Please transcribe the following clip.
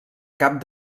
cap